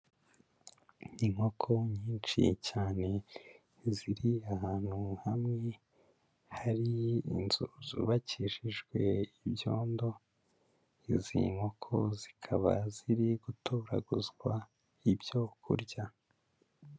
Inkoko nyinshi cyane ziri ahantu hamwe, hari inzu zubakishijwe ibyondo, izi nkoko zikaba ziri gutoraguzwa ibyo kurya.